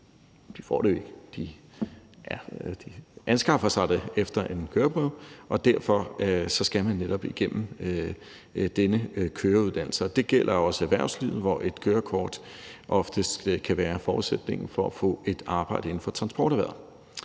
får kørekort eller anskaffer sig det efter en køreprøve, og derfor skal man netop igennem denne køreuddannelse. Det gælder også erhvervslivet, hvor et kørekort oftest kan være forudsætningen for at få et arbejde inden for transporterhvervet.